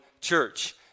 church